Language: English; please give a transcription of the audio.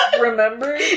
Remember